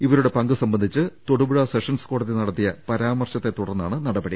ഇവരുടെ പങ്ക് സംബന്ധിച്ച് തൊടു പുഴ സെഷൻസ് കോടതി നടത്തിയ പരാമർശത്തെ തുടർന്നാണ് നടപടി